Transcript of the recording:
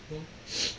oh